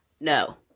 no